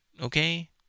Okay